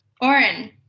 Oren